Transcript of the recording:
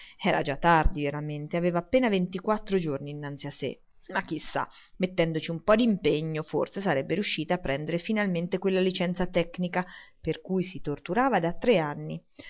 era già tardi veramente aveva appena ventiquattro giorni innanzi a sé ma chi sa mettendoci un po d'impegno forse sarebbe riuscito a prendere finalmente quella licenza tecnica per cui si torturava da tre anni